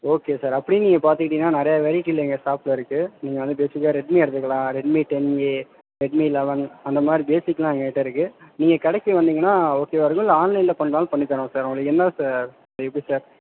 okay sir அப்படினு நீங்கள் பார்த்துக்கிட்டிங்கன்னா நிறையா வெரைட்டியில் எங்கள் ஷாப்பில் இருக்குது நீங்கள் வந்து பேசிக்காக ரெட்மி எடுத்துக்கலாம் Redmi ten A Redmi eleven அந்த மாதிரி பேசிக்கெல்லாம் எங்கக்கிட்டே இருக்குது நீங்கள் கடைக்கு வந்திங்கன்னா ஓகேவா இருக்கும் இல்லை ஆன்லைனில் பண்ணுறதா இருந்தாலும் பண்ணித்தர்றோம் சார் உங்களுக்கு என்ன சார் எப்படி சார்